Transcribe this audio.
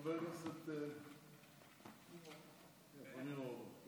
חבר הכנסת ניר אורבך.